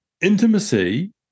intimacy